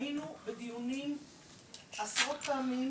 היינו בדיונים עם מרגי עשרות פעמים,